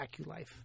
aculife